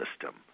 system